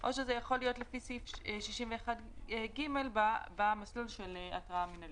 או שזה יכול להיות לפי סעיף 61ג במסלול של התראה מינהלית.